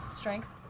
strength?